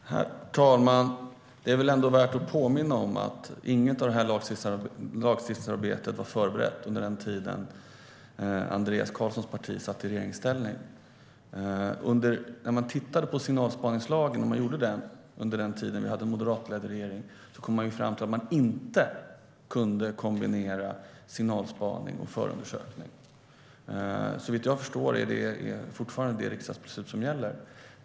Herr talman! Det är väl ändå värt att påminna om att inget av det här lagstiftningsarbetet var förberett under den tid då Andreas Carlsons parti satt i regeringsställning. När man tittade på signalspaningslagen under den tid då vi hade en moderatledd regering kom man fram till att man inte kunde kombinera signalspaning och förundersökning. Såvitt jag förstår är detta det riksdagsbeslut som fortfarande gäller.